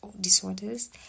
disorders